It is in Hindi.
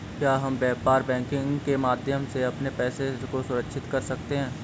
क्या हम व्यापार बैंकिंग के माध्यम से अपने पैसे को सुरक्षित कर सकते हैं?